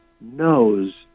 knows